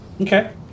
Okay